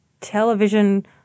Television